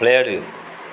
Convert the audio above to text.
விளையாடு